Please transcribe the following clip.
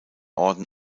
orden